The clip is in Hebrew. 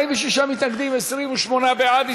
46 מתנגדים, 28 בעד.